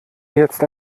jetzt